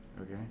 Okay